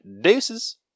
Deuces